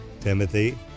Timothy